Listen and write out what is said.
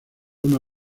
una